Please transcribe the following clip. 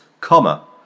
comma